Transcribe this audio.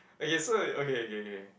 okay so okay okay okay